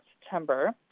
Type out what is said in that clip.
September